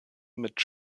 mit